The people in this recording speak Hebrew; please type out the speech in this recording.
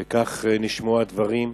וכך נשמעו הדברים.